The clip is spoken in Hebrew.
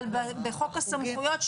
אבל בחוק הסמכויות,